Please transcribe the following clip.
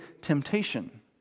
temptation